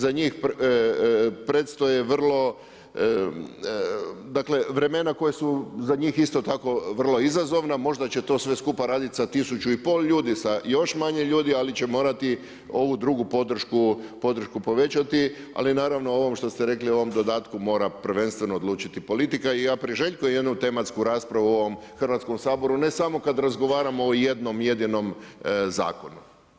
Za njih predstoje vrlo, vremena koja su za njih isto tako vrlo izazovna, možda će to sve skupa raditi sa tisuću i pol ljudi, sa još manje ljudi, ali će morati ovu drugu podršku povećati, ali naravno o ovom što ste rekli, o ovom dodatku, mora prvenstveno odlučiti politika i ja priželjkujem jednu tematsku raspravu u ovom Hrvatskom saboru, ne samo kada razgovaramo o jednom jedinom zakonu.